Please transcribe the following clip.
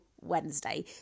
Wednesday